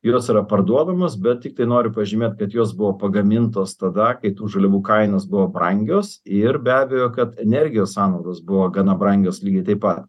ir jos yra parduodamos bet tiktai noriu pažymėt kad jos buvo pagamintos tada kai tų žaliavų kainos buvo brangios ir be abejo kad energijos sąnaudos buvo gana brangios lygiai taip pat